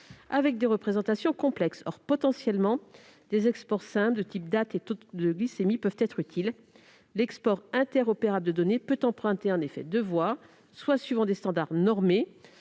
avec des représentations complexes. Or, potentiellement, des exports simples, de type « date et taux de glycémie », peuvent être utiles. L'export interopérable de données peut emprunter deux voies : soit suivant des standards normés